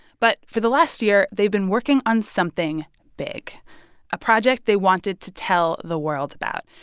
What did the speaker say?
but for the last year, they've been working on something big a project they wanted to tell the world about.